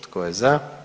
Tko je za?